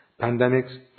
pandemics